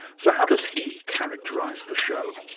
so how does he characterise the show?